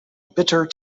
bitter